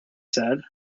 said